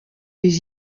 des